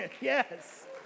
Yes